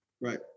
Right